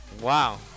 Wow